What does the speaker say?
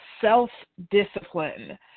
self-discipline